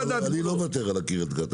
לא, אני לא מוותר על קרית גת.